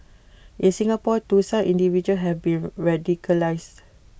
in Singapore too some individuals have been radicalised